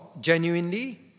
genuinely